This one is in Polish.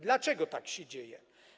Dlaczego tak się dzieje?